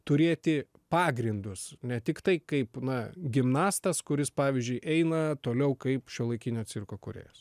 turėti pagrindus ne tiktai kaip na gimnastas kuris pavyzdžiui eina toliau kaip šiuolaikinio cirko kūrėjas